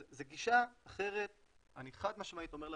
אז זו גישה אחרת אני חד משמעית אומר לכם,